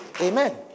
Amen